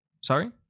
Sorry